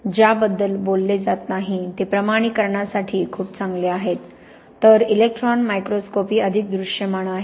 ज्याबद्दल बोलले नाही ते प्रमाणीकरणासाठी खूप चांगले आहेत तर इलेक्ट्रॉन मायक्रोस्कोपी अधिक दृश्यमान आहे